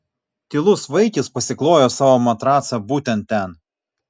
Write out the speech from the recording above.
tylus vaikis pasiklojo savo matracą būtent ten